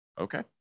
Okay